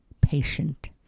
patient